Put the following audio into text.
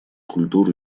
культур